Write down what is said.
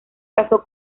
casó